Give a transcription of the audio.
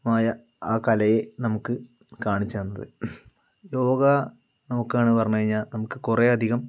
മായ ആ കലയെ നമുക്ക് കാണിച്ചു തന്നത് യോഗ നമുക്കാണ് പറഞ്ഞ് കഴിഞ്ഞാൽ നമുക്ക് കുറേ അധികം